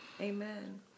Amen